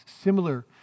similar